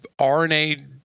RNA